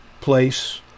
place